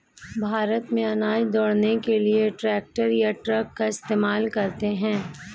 भारत में अनाज ढ़ोने के लिए ट्रैक्टर या ट्रक का इस्तेमाल करते हैं